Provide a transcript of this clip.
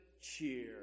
cheer